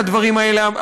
לדברים האלה,